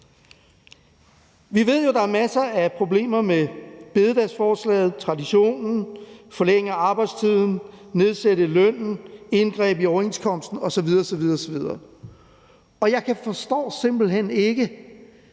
Vi ved jo, at der er masser af problemer med bededagsforslaget: traditionen, forlængelse af arbejdstiden, nedsættelse af lønnen, indgreb i overenskomsten osv. osv. Og jeg forstår simpelt hen ikke,